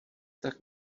tak